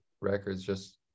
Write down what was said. records—just